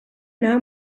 now